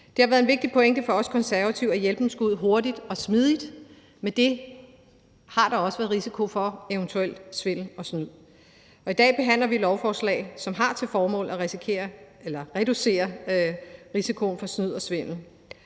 Det har været en vigtig pointe for os Konservative, at hjælpen skulle ud hurtigt og smidigt, og med det har der også været risiko for eventuel svindel og snyd. I dag behandler vi et lovforslag, som har til formål at reducere risikoen for snyd og svindel,